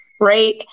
Right